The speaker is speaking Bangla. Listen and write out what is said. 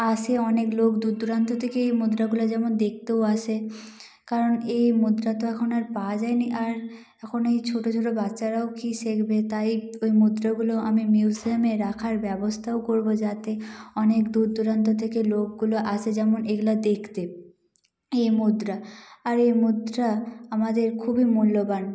আসে অনেক লোক দূর দূরান্ত থেকে এই মুদ্রাগুলো যেমন দেখতেও আসে কারণ এই মুদ্রা তো এখন আর পাওয়া যায় নি আর এখন এই ছোটো ছোটো বাচ্চারাও কি শেখবে তাই ওই মুদ্রগুলো আমি মিউজিয়ামে রাখার ব্যবস্থাও করবো যাতে অনেক দূর দূরান্ত থেকে লোকগুলো আসে যেমন এগুলা দেখতে এই মুদ্রা আর এই মুদ্রা আমাদের খুবই মূল্যবান